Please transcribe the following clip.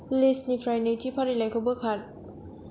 लिस्टनिफ्राय नैथि फारिलाइखौ बोखार